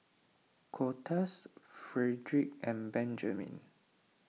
Cortez Fredric and Benjiman